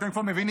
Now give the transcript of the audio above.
אתם כבר מבינים,